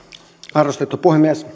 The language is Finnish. arvostettu puhemies